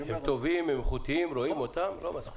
הם טובים, הם איכותיים, רואים אותם, אבל לא מספיק.